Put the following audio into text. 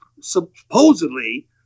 supposedly